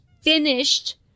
finished